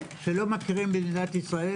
שלא מכירים במדינת ישראל,